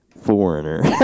foreigner